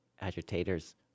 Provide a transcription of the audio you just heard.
agitators